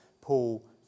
Paul